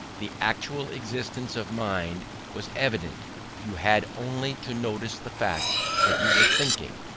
the actual existence of mind was evident you had only to notice the fact that you were thinking.